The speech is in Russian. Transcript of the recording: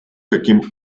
каким